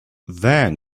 then